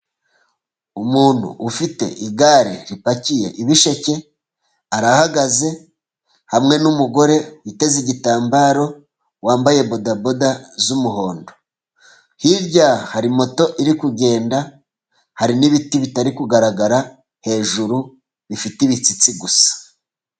Umuntu ufite igare ripakiye ibisheke arahagaze, hamwe n'umugore uteze igitambaro wambaye bodaboda z'umuhondo, hirya hari moto iri kugenda, hari n'ibiti bitari kugaragara hejuru bifite ibishyitsi gusa.